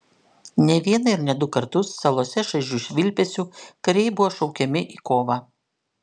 ne vieną ir ne du kartus salose šaižiu švilpesiu kariai buvo šaukiami į kovą